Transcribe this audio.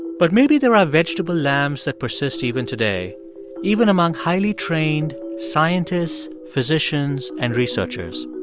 but maybe there are vegetable lambs that persist even today even among highly trained scientists, physicians and researchers.